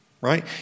right